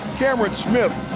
kameron smith,